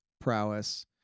prowess